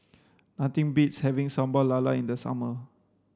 nothing beats having Sambal Lala in the summer